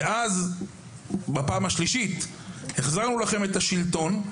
״החזרנו לכם את השילטון,